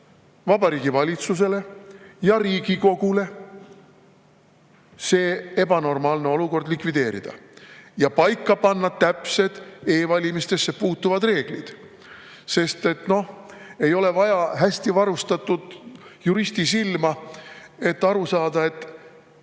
Vabariigi Valitsusele ja Riigikogule see ebanormaalne olukord likvideerida ja paika panna täpsed e‑valimistesse puutuvad reeglid. Ei ole vaja hästi varustatud juristisilma, et aru saada: